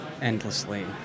endlessly